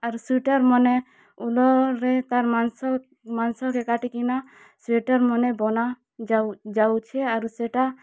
ଆରୁ ସ୍ୱେଟର୍ ମାନେ ଉଲ ରେ ତା'ର୍ ମାଂସ କେ କାଟିକିନା ସ୍ୱେଟର୍ ମାନେ ବନା ଯାଉଛେ ଆରୁ ସେଟା